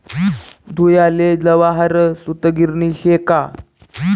धुयाले जवाहर सूतगिरणी शे का